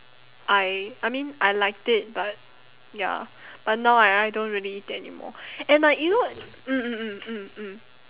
I I mean I liked it but ya but now I I don't really take anymore and like you know mm mm mm mm mm